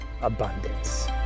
abundance